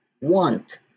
want